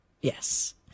Yes